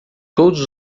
todos